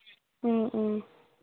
ꯑꯥ ꯑꯥ